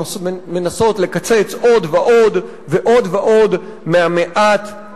שמנסות לקצץ עוד ועוד ועוד ועוד מהכל-כך